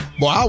boy